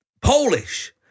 Polish